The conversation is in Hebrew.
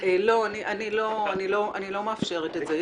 אני לא מאפשרת את זה.